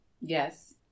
Yes